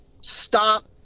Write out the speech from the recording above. stop